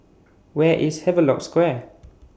Where IS Havelock Square